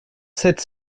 sept